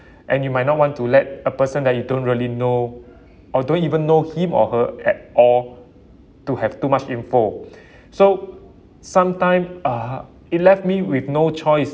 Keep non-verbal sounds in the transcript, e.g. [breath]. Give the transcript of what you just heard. [breath] and you might not want to let a person that you don't really know or don't even know him or her at all to have too much info [breath] so sometime uh it left me with no choice